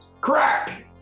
Crack